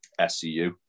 SCU